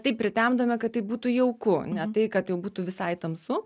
taip pritemdome kad tai būtų jauku ne tai kad jau būtų visai tamsu